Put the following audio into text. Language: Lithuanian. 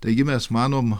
taigi mes manom